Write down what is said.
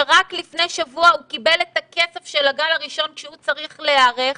שרק לפני שבוע הוא קיבל את הכסף של הגל הראשון שהוא צריך להיערך,